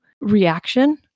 reaction